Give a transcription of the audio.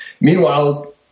Meanwhile